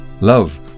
Love